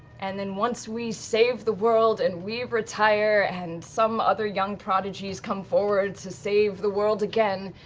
and then once we save the world and we retire and some other young prodigies come forward to save the world again,